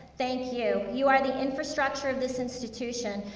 thank you. you are the infrastructure of this institution,